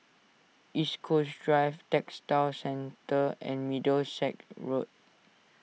East Coast Drive Textile Centre and Middlesex Road